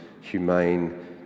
humane